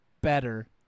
better